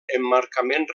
emmarcament